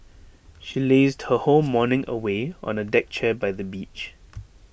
she lazed her whole morning away on A deck chair by the beach